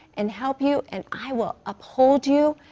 and help you. and i will uphold you.